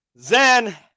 Zen